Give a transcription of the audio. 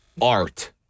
Art